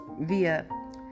via